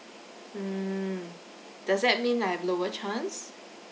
mm does that mean I have lower chance